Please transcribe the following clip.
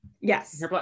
yes